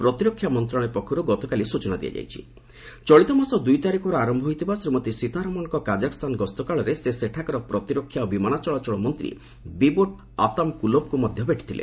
ପ୍ରତିରକ୍ଷା ମନ୍ତ୍ରଣାଳୟ ପକ୍ଷରୁ ଗତକାଲି ଏହି ସ୍ଚନା ଦିଆଯାଇ ଥିବା ଚଳିତ ମାସ ଦୁଇ ତାରିଖରୁ ଆରମ୍ଭ ହୋଇଥିବା ଶ୍ରୀମତୀ ସୀତାରମଣଙ୍କ କାଜାକସ୍ଥାନ ଗସ୍ତ କାଳରେ ସେ ସେଠାକାର ପ୍ରତିରକ୍ଷା ଓ ବିମାନଚଳାଚଳ ମନ୍ତ୍ରୀ ବିବୂଟ ଆତାମକୁଲୋଭଙ୍କୁ ମଧ୍ୟ ଭେଟିଥିଲେ